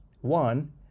one